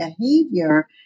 behavior